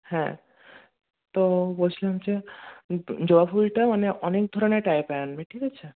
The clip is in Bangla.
হ্যাঁ তো বলছিলাম যে জবা ফুলটা মানে অনেক ধরনের টাইপের আনবে ঠিক আছে